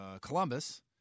Columbus